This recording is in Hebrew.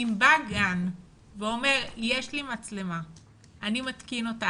אם בא גן ואומר שיש לו מצלמה והוא מתקין אותה,